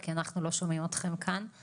כשאנחנו מדברים על מקצועות הבריאות פה,